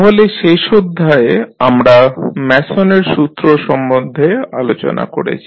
তাহলে শেষ অধ্যায়ে আমরা ম্যাসনের সূত্র Mason's rule সম্বন্ধে আলোচনা করেছি